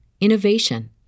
innovation